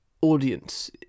audience